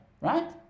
right